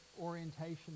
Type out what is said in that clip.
orientation